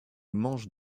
manche